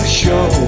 show